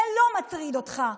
זה לא מטריד אותך.